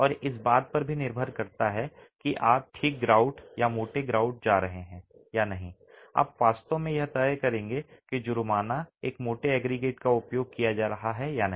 और इस बात पर निर्भर करता है कि आप ठीक ग्राउट या मोटे ग्राउट जा रहे हैं या नहीं आप वास्तव में यह तय करेंगे कि जुर्माना एक मोटे एग्रीगेट का उपयोग किया जा रहा है या नहीं